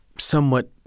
somewhat